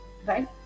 right